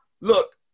look